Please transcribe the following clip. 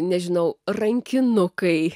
nežinau rankinukai